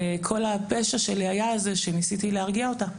כל הפשע שלי היה זה שניסיתי להרגיע אותה